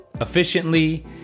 efficiently